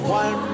one